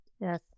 yes